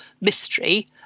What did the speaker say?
mystery